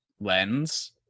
lens